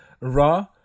Raw